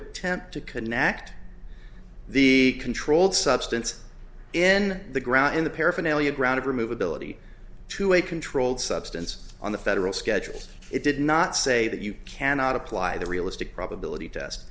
attempt to connect the controlled substance in the ground and the paraphernalia grounded remove ability to a controlled substance on the federal schedule it did not say that you cannot apply the realistic probability test